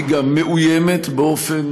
היא גם מאוימת באופן